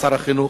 שר החינוך.